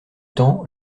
temps